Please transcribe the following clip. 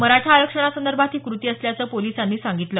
मराठा आरक्षणासंदर्भात ही कृती असल्याचं पोलिसांनी सांगितलं